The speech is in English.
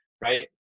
right